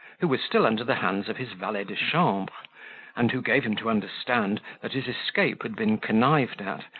who was still under the hands of his valet-de-chambre, and who gave him to understand that his escape had been connived at,